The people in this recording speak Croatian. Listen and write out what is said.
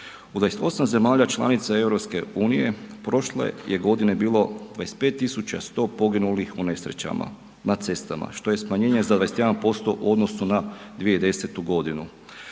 U 28 zemalja članica EU prošle je godine bilo 25 tisuća 100 poginulih u nesrećama na cestama što je smanjenje za 21% u odnosu na 2010. godinu.